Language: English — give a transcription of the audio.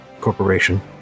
corporation